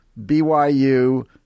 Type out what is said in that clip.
BYU